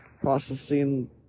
Processing